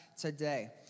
today